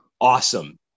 Awesome